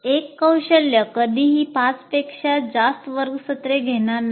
एक कौशल्य कधीही 5 पेक्षा जास्त वर्ग सत्रे घेणार नाही